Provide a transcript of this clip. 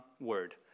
word